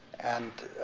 and